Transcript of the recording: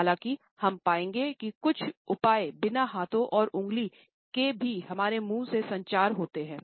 हालाँकि हम पाएंगे कि कुछ उपाय बिना हाथों और उंगलियों के भी हमारे मुँह से संचार होते है